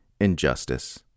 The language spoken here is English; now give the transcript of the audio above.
Injustice